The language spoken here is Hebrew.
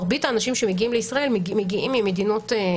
מרבית האנשים שמגיעים לישראל מגיעים ממדינות מרכזיות.